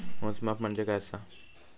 मोजमाप म्हणजे काय असा?